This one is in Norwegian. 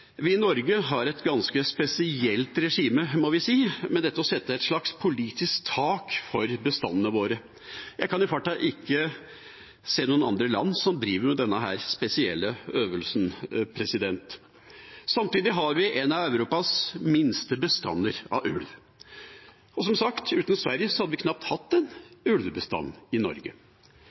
vi i Norge har et ganske spesielt regime, må vi si, med dette å sette et slags politisk tak for bestandene våre. Jeg kan i farten ikke se noen andre land som driver med denne spesielle øvelsen. Samtidig har vi en av Europas minste bestander av ulv. Og som sagt, uten Sverige hadde vi knapt hatt en ulvebestand i Norge.